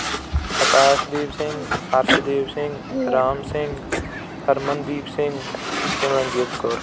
Akashdeep Singh Harshdeep Singh Ram Singh Harmandeep Singh Simranjeet Kaur